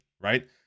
right